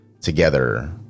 together